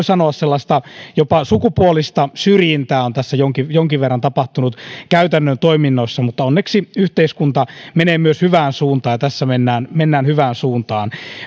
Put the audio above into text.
sanoa sellaista jopa sukupuolista syrjintää on tässä jonkin jonkin verran tapahtunut käytännön toiminnoissa mutta onneksi yhteiskunta menee myös hyvään suuntaan ja tässä mennään mennään hyvään suuntaan